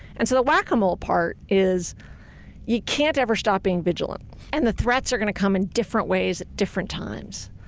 and so the whack-a-mole part is you can't ever stop being vigilant and the threats are going to come in different ways at different times.